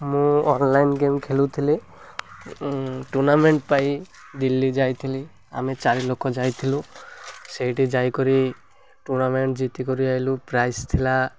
ମୁଁ online game ଖେଳୁଥିଲି tournament ପାଇ ଦିଲ୍ଲୀ ଯାଇଥିଲି ଆମେ ଚାରି ଲୋକ ଯାଇଥିଲୁ ସେଇଠି ଯାଇ କରି ଟୁର୍ଣ୍ଣାମେଣ୍ଟ ଜିତି କରି ଆସିଲୁ ପ୍ରାଇଜ୍ ଥିଲା